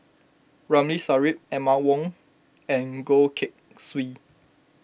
Ramli Sarip Emma Yong and Goh Keng Swee